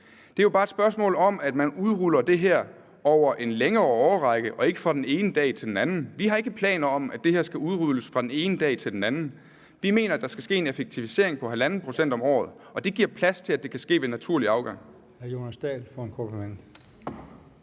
Det er jo bare et spørgsmål om, at man udruller det her over en længere årrække og ikke fra den ene dag til den anden. Vi har ikke planer om, at det her skal udrulles fra den ene dag til den anden. Vi mener, at der skal ske en effektivisering på 1½ pct. om året, og det giver plads til, at det kan ske ved naturlig afgang.